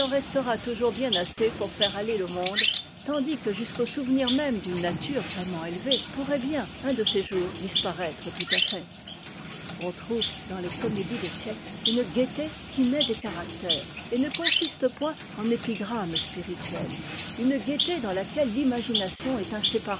restera toujours bien assez pour faire aller le monde tandis que jusqu'au souvenir même d'une nature vraiment élevée pourrait bien un de ces jours disparaître tout à fait on trouve dans les comédies de tieck une gaieté qui naît des caractères et ne consiste point en épigrammes spirituelles une gaieté dans laquelle l'imagination est